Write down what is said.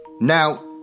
Now